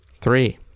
three